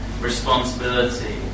responsibility